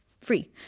free